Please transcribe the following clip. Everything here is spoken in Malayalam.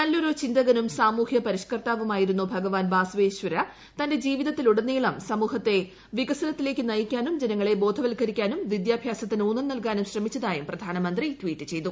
നല്ലൊരു ചിന്തകനും സാമൂഹ്യ പരിഷ്കർത്താവുമായിരുന്ന ഭഗവാൻ ബാസവേശ്വര തന്റെ ജീവിതത്തിലുടനീളം സമൂഹത്തെ വികസനത്തിലേക്ക് നയിക്കാനും ജനങ്ങളെ ബോധവത്കരിക്കാനും വിദ്യാഭ്യാസത്തിന് ഊന്നൽ നൽകാനും ശ്രമിച്ചതായും പ്രധാനമന്ത്രി ട്വീറ്റ് ചെയ്തു